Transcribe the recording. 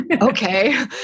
Okay